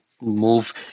move